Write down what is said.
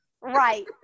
Right